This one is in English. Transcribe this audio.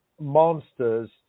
monsters